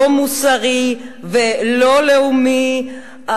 לא מוסרי ולא לאומי.